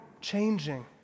changing